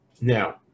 Now